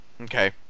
Okay